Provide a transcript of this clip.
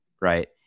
Right